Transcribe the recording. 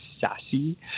sassy